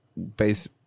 base